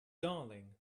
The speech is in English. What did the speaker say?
darling